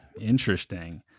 Interesting